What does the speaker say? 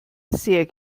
sehr